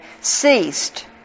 ceased